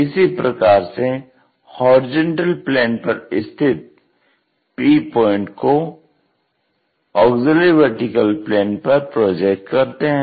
इसी प्रकार से HP पर स्थित p पॉइंट को AVP पर प्रोजेक्ट करते हैं